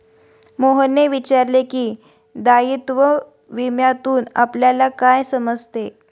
मोहनने विचारले की, दायित्व विम्यातून आपल्याला काय समजते?